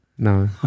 No